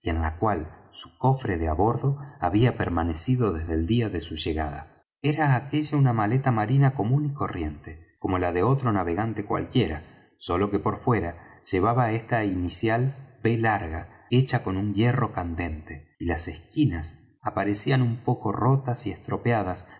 en la cual su cofre de á bordo había permanecido desde el día de su llegada era aquella una maleta marina común y corriente como la de otro navegante cualquiera solo que por fuera llevaba esta inicial b hecha con un hierro candente y las esquinas aparecían un poco rotas y estropeadas